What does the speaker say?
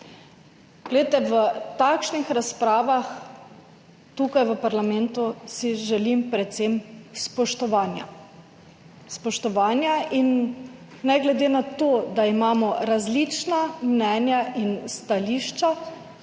nekaj. V takšnih razpravah tukaj v parlamentu si želim predvsem spoštovanja. Spoštovanja. Ne glede na to, da imamo različna mnenja in stališča,